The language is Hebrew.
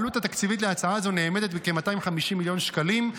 העלות התקציבית של ההצעה זו נאמדת בכ-250 מיליון שקלים.